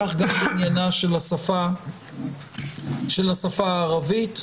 כך גם בעניינה של השפה הערבית.